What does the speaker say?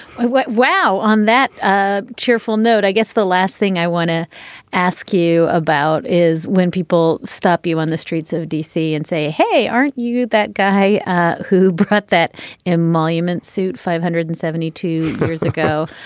wow. on that ah cheerful note i guess the last thing i want to ask you about is when people stop you on the streets of d c. and say hey aren't you that guy ah who brought that emoluments suit. five hundred and seventy two years ago.